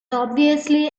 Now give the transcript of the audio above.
obviously